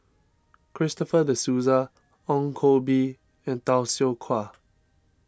Christopher De Souza Ong Koh Bee and Tay Seow Huah